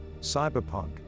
cyberpunk